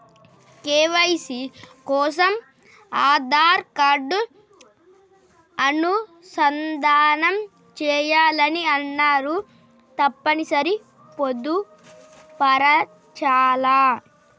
KYC కోసం Aadhaar card అనుసంధానం చేయాలని అన్నరు తప్పని సరి పొందుపరచాలా?